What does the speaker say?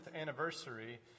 anniversary